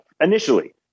Initially